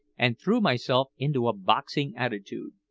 and threw myself into a boxing attitude.